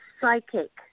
psychic